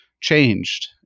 changed